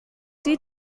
die